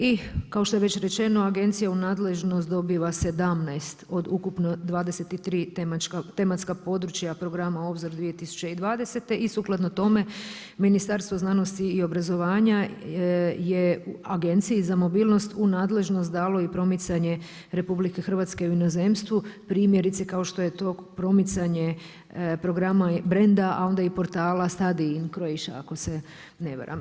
I kao što je već rečeno agencija u nadležnost dobiva 17 od ukupno 23 tematska područja programa Obzor 2020. i sukladno tome Ministarstvo znanosti i obrazovanja je Agenciji za mobilnost u nadležnost dalo i promicanje RH u inozemstvu primjerice kao što je to promicanje programa brenda a onda i portala … Croatia ako se ne varam.